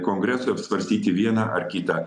kongresui apsvarstyti vieną ar kitą